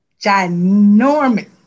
ginormous